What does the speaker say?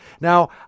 now